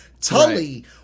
Tully